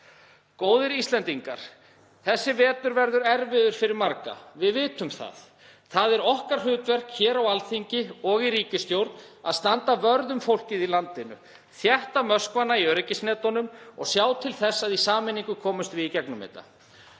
Góðir Íslendingar. Þessi vetur verður erfiður fyrir marga, við vitum það. Það er okkar hlutverk hér á Alþingi og í ríkisstjórn að standa vörð um fólkið í landinu, þétta möskvana í öryggisnetuum og sjá til þess að í sameiningu komumst við í gegnum þetta.